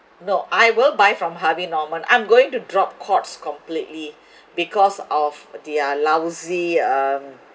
no I will buy from harvey norman I'm going to drop courts completely because of their lousy um